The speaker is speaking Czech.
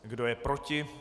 Kdo je proti?